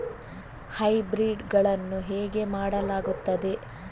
Hybrid ಗಳನ್ನು ಹೇಗೆ ಮಾಡಲಾಗುತ್ತದೆ?